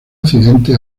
accidente